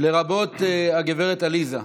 לרבות הגברת עליזה.